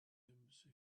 embassy